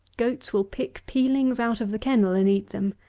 goats will pick peelings out of the kennel and eat them.